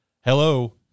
hello